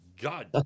god